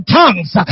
tongues